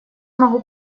могу